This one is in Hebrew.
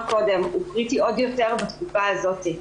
קודם הוא קריטי עוד יותר בתקופה הזאתי.